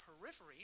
periphery